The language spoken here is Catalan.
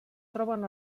troben